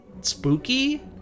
spooky